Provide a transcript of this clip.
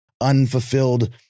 unfulfilled